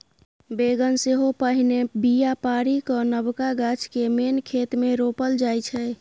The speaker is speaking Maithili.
बेगन सेहो पहिने बीया पारि कए नबका गाछ केँ मेन खेत मे रोपल जाइ छै